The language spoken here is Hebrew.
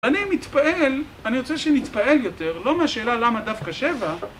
אני מתפעל, אני רוצה שנתפעל יותר, לא מהשאלה למה דווקא שבע.